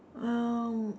um